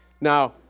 Now